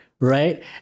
right